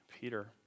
Peter